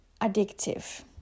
addictive